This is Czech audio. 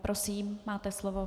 Prosím, máte slovo.